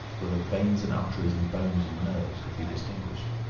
so that veins and arteries and bones and nerves could be distinguished,